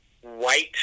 white